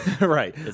Right